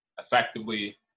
effectively